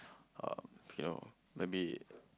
um you know maybe